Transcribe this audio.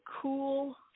cool